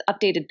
updated